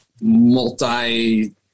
multi